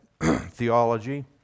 theology